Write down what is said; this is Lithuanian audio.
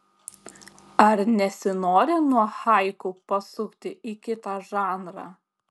ar nesinori nuo haiku pasukti į kitą žanrą